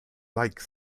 like